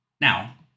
Now